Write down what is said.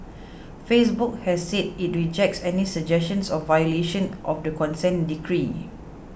Facebook has said it rejects any suggestions of violation of the consent decree